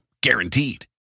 guaranteed